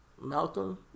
Malcolm